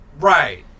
Right